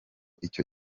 icyo